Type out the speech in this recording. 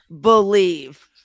believe